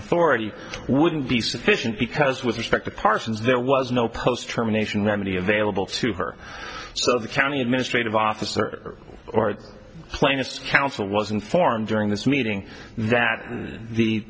authority wouldn't be sufficient because with respect to parsons there was no post terminations remedy available to her so the county administrative officer or plaintiff's counsel was informed during this meeting that the